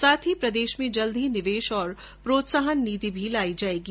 साथ ही प्रदेश में जल्द ही निवेश तथा प्रोत्साहन नीति भी लाई जायेगी